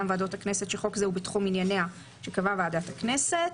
מוועדות הכנסת שחוק זה הוא בתחום ענייניה שקבעה ועדת הכנסת.